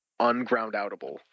ungroundoutable